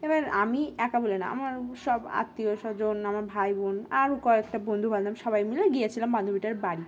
এবার আমি একা বলে না আমার সব আত্মীয় স্বজন আমার ভাই বোন আরও কয়েকটা বন্ধুবান্ধব সবাই মিলে গিয়েছিলাম বান্ধবীটার বাড়ি